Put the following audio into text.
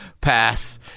pass